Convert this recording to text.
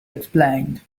explained